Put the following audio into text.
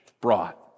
brought